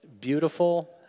beautiful